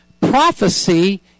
Prophecy